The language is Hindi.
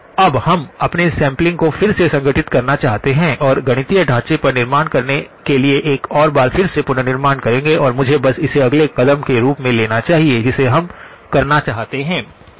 अब हम अपने सैंपलिंग को फिर से संगठित करना चाहते हैं और गणितीय ढांचे पर निर्माण करने के लिए एक और बार फिर से पुनर्निर्माण करेंगे और मुझे बस इसे अगले कदम के रूप में लेना चाहिए जिसे हम करना चाहते हैं ठीक